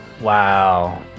Wow